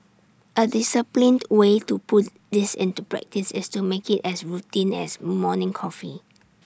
A disciplined way to put this into practice is to make IT as routine as morning coffee